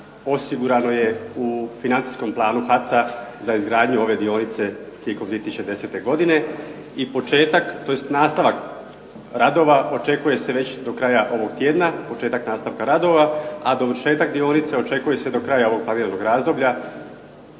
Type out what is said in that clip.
osigurano je u financijskom planu HAC-a za izgradnju ove dionice tijekom 2010. godine i početak, tj. nastavak radova očekuje se već do kraja ovog tjedna, početak nastavka radova, a dovršetak dionice očekuje se do kraja ovog palijalnog razdoblja,